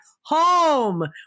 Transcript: home